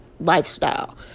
lifestyle